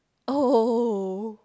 oh